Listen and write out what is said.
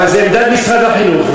אבל זו עמדת משרד החינוך.